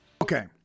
Okay